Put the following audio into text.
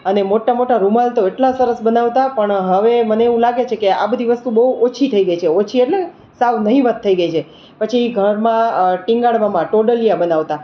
અને મોટો મોટો રૂમાલ તો એટલા સરસ બનાવતા પણ હવે મને એવું લાગે છે કે આ બધી વસ્તુ બહુ ઓછી થઈ ગઈ છે ઓછી એટલે સાવ નહીંવત થઈ ગઈ છે પછી એ ઘરમાં ટીંગાળવામાં ટોડલિયા બનાવતા